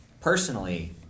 Personally